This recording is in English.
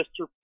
Mr